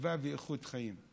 שלווה ואיכות חיים.